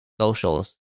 socials